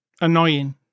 Annoying